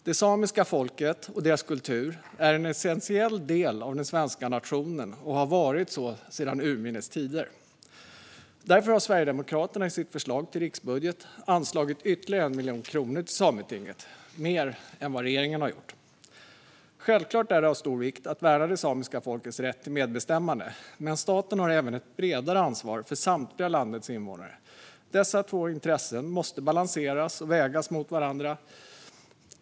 Det samiska folket och dess kultur är en essentiell del av den svenska nationen och har varit så sedan urminnes tider. Därför har Sverigedemokraterna i sitt förslag till riksbudget anslagit ytterligare 1 miljon kronor till Sametinget utöver vad regeringen gjort. Självklart är det av stor vikt att värna det samiska folkets rätt till medbestämmande, men staten har även ett bredare ansvar för samtliga av landets invånare. Dessa två intressen måste balanseras och vägas mot varandra.